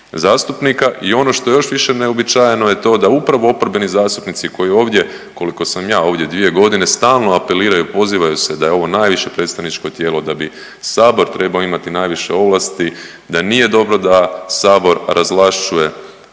I ono što je još više neuobičajeno je to da upravo oporbeni zastupnici koji ovdje koliko sam ja ovdje dvije godine stalno apeliraju, pozivaju se da je ovo najviše predstavničko tijelo, da bi Sabor trebao imati najviše ovlasti, da nije dobro da Sabor razvlašćuje,